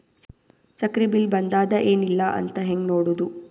ಸಕ್ರಿ ಬಿಲ್ ಬಂದಾದ ಏನ್ ಇಲ್ಲ ಅಂತ ಹೆಂಗ್ ನೋಡುದು?